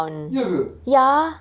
ya ke